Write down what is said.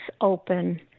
open